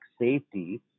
safety